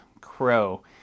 Crow